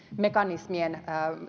mekanismien